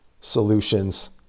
Solutions